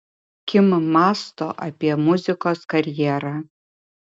kim mąsto apie muzikos karjerą